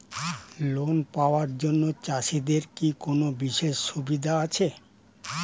Loan পাওয়ার জন্য চাষিদের কি কোনো বিশেষ সুবিধা আছে?